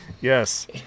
yes